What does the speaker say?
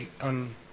on